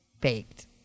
baked